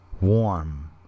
warm